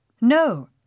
No